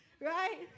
Right